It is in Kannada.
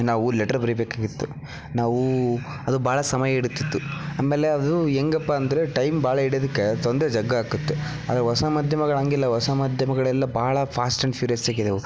ನಾವು ಲೆಟ್ರು ಬರಿಬೇಕಾಗಿತ್ತು ನಾವು ಅದು ಭಾಳ ಸಮಯ ಹಿಡಿತಿತ್ತು ಆಮೇಲೆ ಅದು ಹೆಂಗಪ್ಪ ಅಂದರೆ ಟೈಮ್ ಭಾಳ ಹಿಡ್ಯದಕ್ಕೆ ತೊಂದರೆ ಜಗ್ಗ ಆಕ್ಕತ್ತು ಆದರೆ ಹೊಸ ಮಾಧ್ಯಮಗಳು ಹಂಗಿಲ್ಲ ಹೊಸ ಮಾಧ್ಯಮಗಳೆಲ್ಲ ಭಾಳ ಫಾಸ್ಟ್ ಅಂಡ್ ಫ್ಯುರಿಯಸ್ಸಾಗಿದಾವೆ